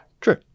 True